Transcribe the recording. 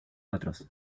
otros